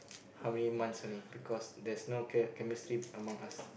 how many months only because there's no che~ chemistry among us